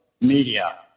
media